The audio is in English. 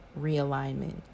realignment